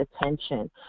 attention